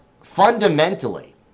fundamentally